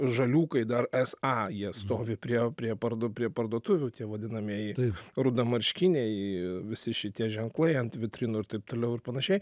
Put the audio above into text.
žaliūkai dar es a jie stovi prie prie pard prie parduotuvių tie vadinamieji rudamarškiniai visi šitie ženklai ant vitrinų ir taip toliau ir panašiai